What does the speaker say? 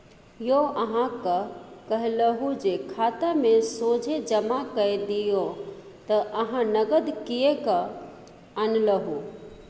यौ अहाँक कहलहु जे खातामे सोझे जमा कए दियौ त अहाँ नगद किएक आनलहुँ